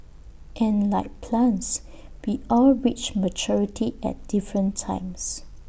and like plants we all reach maturity at different times